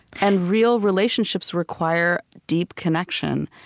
and real relationships require deep connection.